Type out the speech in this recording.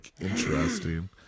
interesting